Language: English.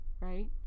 right